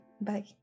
bye